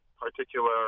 particular